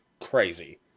crazy